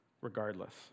regardless